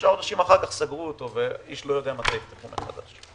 שלושה חודשים אחר-כך סגרו אותו ואיש לא יודע מתי יפתחו מחדש.